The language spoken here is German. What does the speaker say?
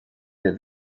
der